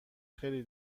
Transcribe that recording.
خیلی